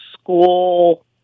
school